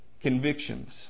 convictions